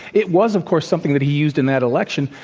it was, of course, something that he used in that election,